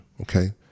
okay